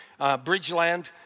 Bridgeland